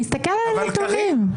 תסתכל על הנתונים.